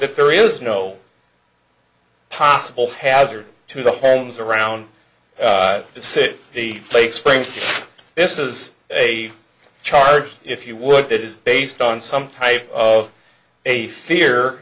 that there is no possible hazard to the homes around the city the place springs this is a charge if you would that is based on some type of a fear